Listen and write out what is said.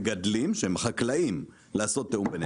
למגדלים שהם חקלאים לעשות תיאום ביניהם.